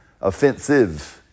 offensive